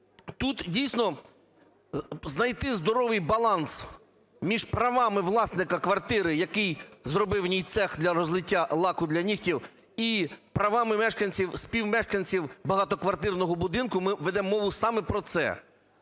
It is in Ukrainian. тут, дійсно, знайти здоровий баланс між правами власника квартири, який зробив в ній цех для розлиття лаку для нігтів і правами мешканців… співмешканців багатоквартирного будинку, ми ведемо мову саме про це.